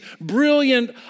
brilliant